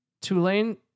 Tulane